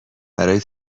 برای